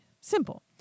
Simple